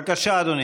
בבקשה, אדוני.